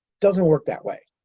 doesn't work that way.